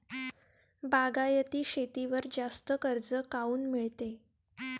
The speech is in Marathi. बागायती शेतीवर जास्त कर्ज काऊन मिळते?